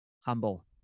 humble